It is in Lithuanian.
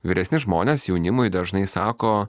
vyresni žmonės jaunimui dažnai sako